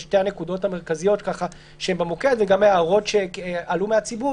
אלה הן שתי הנקודות המרכזיות שהן במוקד וגם מההערות שעלו מהציבור